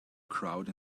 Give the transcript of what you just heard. crowd